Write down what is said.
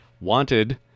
Wanted